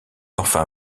enfin